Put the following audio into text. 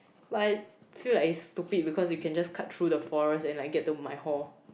but I feel like is stupid because you can just cut through the floor and like get to my hall